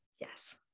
yes